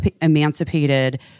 emancipated